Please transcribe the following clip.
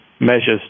measures